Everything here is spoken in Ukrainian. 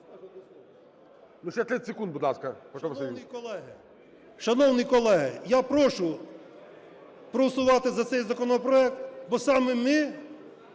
шановні колеги, я прошу проголосувати за цей законопроект, бо саме ми